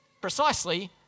Precisely